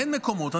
אין מקומות,